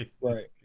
Right